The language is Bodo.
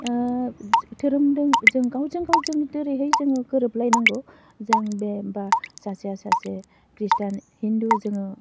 ओह धोरोमजों जों गावजोंगाव जों जेरैहाय जोङो गोरोबलायनांगौ जों बे बा सासेया सासे खृष्टान हिन्दु जोङो